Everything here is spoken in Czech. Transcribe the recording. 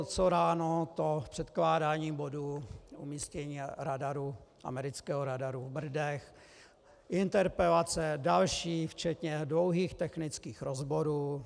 Co ráno, to předkládání bodu umístění radaru, amerického radaru v Brdech, interpelace, další, včetně dlouhých technických rozborů.